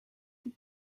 that